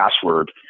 password